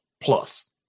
plus